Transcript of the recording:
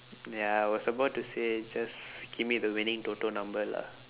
ya I was about to say just give me the winning toto number lah